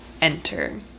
Enter